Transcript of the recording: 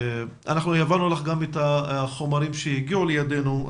העברנו לך גם את החומרים שהגיעו לידינו.